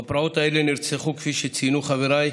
בפרעות האלה נרצחו, כפי שציינו חבריי,